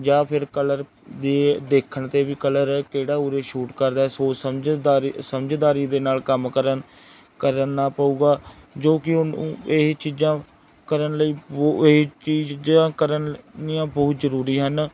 ਜਾਂ ਫਿਰ ਕਲਰ ਦੇ ਦੇਖਣ 'ਤੇ ਵੀ ਕਲਰ ਕਿਹੜਾ ਉਰੇ ਸ਼ੂਟ ਕਰਦਾ ਸੋਚ ਸਮਝਦਾਰੀ ਸਮਝਦਾਰੀ ਦੇ ਨਾਲ ਕੰਮ ਕਰਨ ਕਰਨਾ ਪਊਗਾ ਜੋ ਕਿ ਉਹਨੂੰ ਇਹ ਚੀਜ਼ਾਂ ਕਰਨ ਲਈ ਉਹ ਇਹ ਚੀਜ਼ਾਂ ਕਰਨੀਆਂ ਬਹੁਤ ਜ਼ਰੂਰੀ ਹਨ